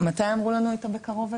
בקרוב מתי אמרו לנו את "בקרוב"?